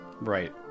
Right